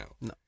No